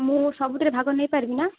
ମୁଁ ସବୁଥିରେ ଭାଗ ନେଇ ପାରିବି ନାଁ